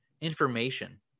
information